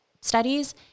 studies